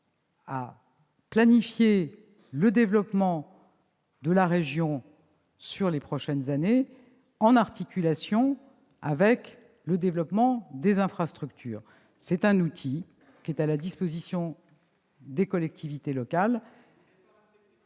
à planifier le développement de la région sur les prochaines années en articulation avec le développement des infrastructures ; il s'agit d'un outil à la disposition des collectivités locales.